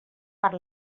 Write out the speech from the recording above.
per